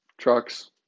trucks